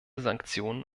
sanktionen